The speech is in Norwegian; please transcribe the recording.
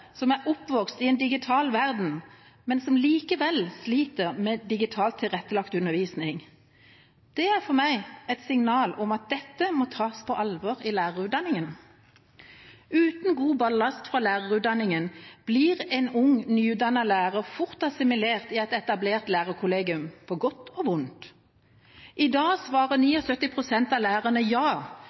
som er oppvokst i en digital verden, men som likevel sliter med digitalt tilrettelagt undervisning. Det er for meg et signal om at dette må tas på alvor i lærerutdanningen. Uten god ballast fra lærerutdanningen blir en ung, nyutdannet lærer fort assimilert i et etablert lærerkollegium – på godt og vondt. I dag svarer 79 pst. av lærerne ja